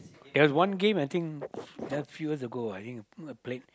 there was one game I think held few years ago I think a a played